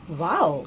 wow